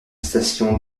station